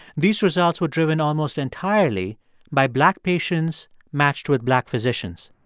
these results were driven almost entirely by black patients matched with black physicians